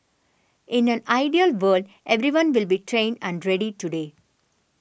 in an ideal world everyone will be trained and ready today